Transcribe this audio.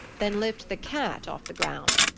then lift the cat off the ground,